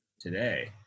today